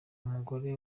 umugore